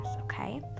okay